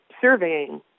surveying